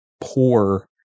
poor